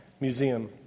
Museum